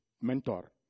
mentor